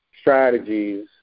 strategies